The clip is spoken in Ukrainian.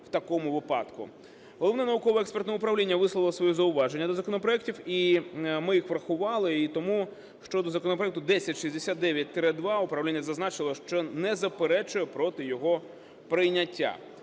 в такому випадку. Головне науково-експертне управління висловило свої зауваження до законопроектів і ми їх врахували. І тому щодо законопроекту 1069-2 управління зазначило, що не заперечує проти його прийняття.